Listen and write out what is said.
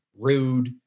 rude